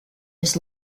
his